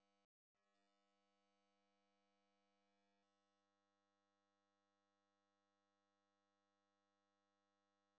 বেকার লোন পেতে গেলে কি শিক্ষাগত সার্টিফিকেট ব্যাঙ্ক জমা রেখে দেবে?